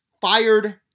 Fired